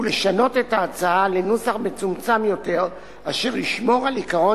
ולשנות את ההצעה לנוסח מצומצם יותר אשר ישמור על עקרון